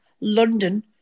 London